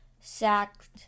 sacked